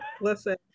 listen